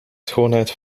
schoonheid